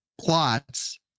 plots